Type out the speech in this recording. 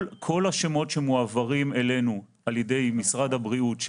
כל השמות שמועברים אלינו על ידי משרד הבריאות,